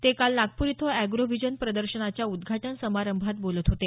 ते काल नागपूर इथं एग्रो व्हिजन प्रदर्शनाच्या उद्घाटन समारंभात बोलत होते